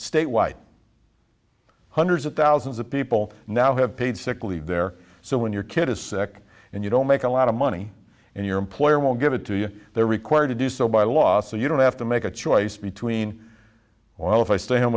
state wide hundreds of thousands of people now have paid sick leave there so when your kid is sick and you don't make a lot of money and your employer will give it to you they're required to do so by law so you don't have to make a choice between well if i stay home